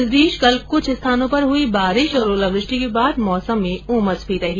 इस बीच कल कुछ स्थानों पर हुई बारिश और ओलावृष्टि के बाद मौसम में उमस भी रही